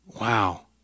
Wow